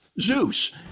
Zeus